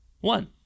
One